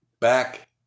back